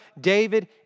David